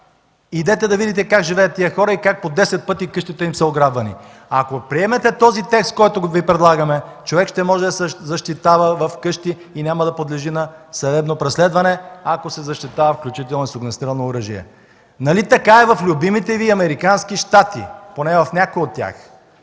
Идете да видите как живеят тези хора и как по десет пъти са ограбвани къщите им. Ако приемете този текст, който Ви предлагаме, човек ще може да се защитава вкъщи и няма да подлежи на съдебно преследване, ако се защитава, включително и с огнестрелно оръжие. Нали така е в любимите ви Американски щати, поне в някои от тях?